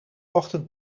ochtend